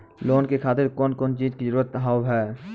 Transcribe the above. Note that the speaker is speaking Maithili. लोन के खातिर कौन कौन चीज के जरूरत हाव है?